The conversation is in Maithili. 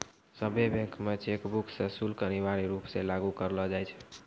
सभ्भे बैंक मे चेकबुक रो शुल्क अनिवार्य रूप से लागू करलो जाय छै